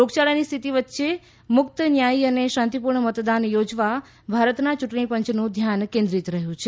રોગયાળાની સ્થિતિ વચ્ચે મુક્ત ન્યાયી અને શાંતિપૂર્ણ મતદાન યોજવા ભારતના ચૂંટણી પંચનું ધ્યાન કેન્દ્રિત રહ્યું છે